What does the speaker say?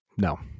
No